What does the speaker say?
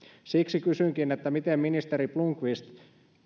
siksi kysynkin miten ministeri blomqvist